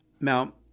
Now